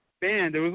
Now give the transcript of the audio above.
band